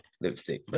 lipstick